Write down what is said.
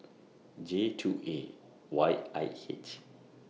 J two A Y I H